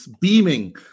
beaming